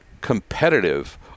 competitive